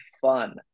fun